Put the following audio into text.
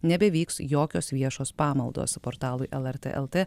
nebevyks jokios viešos pamaldos portalui lrt lt